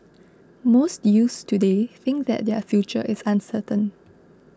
most youths today think that their future is uncertain